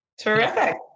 Terrific